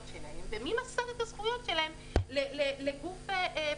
שלהם ומי מפר את הזכויות שלהם לגוף פרטי?